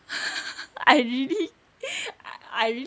I really I really